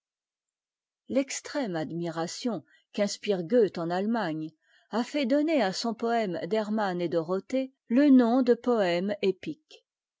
l'extrême admiration qu'inspire goethe en allemagne a fait donner à son poëme d'hermann et dorothée le nom de poëme épique